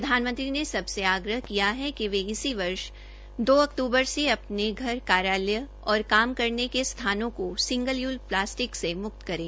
प्रधानमंत्री ने सबसे आग्रह किया है कि वे इसी वर्ष दो अक्तूबर से अपने घर कार्यालय और काम करने के स्थानों से सिंगल यूज प्लास्टिक से मुक्त करें